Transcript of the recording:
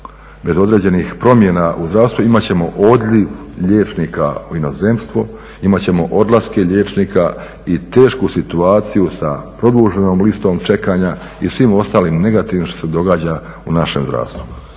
bez određenih promjena u zdravstvu imat ćemo odljev liječnika u inozemstvo, imat ćemo odlaske liječnika i tešku situaciju sa produženom listom čekanja i svim ostalim negativnim što se događa u našem zdravstvu.